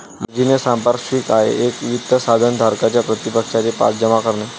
margin हे सांपार्श्विक आहे एक वित्त साधन धारकाच्या प्रतिपक्षाचे पास जमा करणे